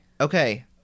Okay